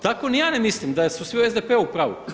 Tako ni ja ne mislim da su svi u SDP-u u pravu.